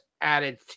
added